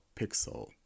Pixel